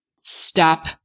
stop